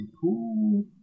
cool